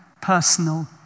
personal